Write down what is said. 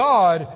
God